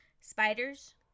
spiders